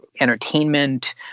entertainment